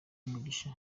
umugisha